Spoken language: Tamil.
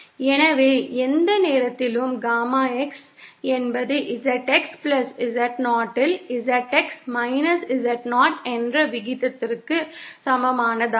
எனவே எந்த நேரத்திலும் காமா X என்பது ZX Z0 இல் ZX Z0 என்ற விகிதத்திற்கு சமமானதாகும்